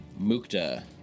Mukta